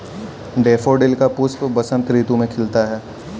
daffodil का पुष्प बसंत ऋतु में खिलता है